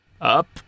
Up